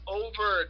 over